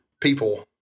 people